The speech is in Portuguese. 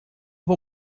vou